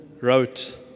wrote